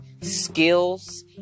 skills